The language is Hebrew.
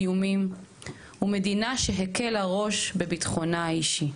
איומים ומדינה שהקלה ראש בביטחונה האישי.